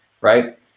right